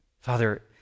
Father